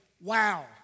wow